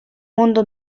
mondo